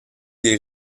des